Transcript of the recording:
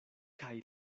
kaj